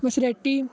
maserati